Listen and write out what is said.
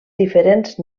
diferents